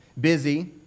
busy